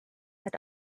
had